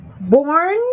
born